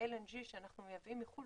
הLNG שאנחנו מייבאים מחוץ לארץ,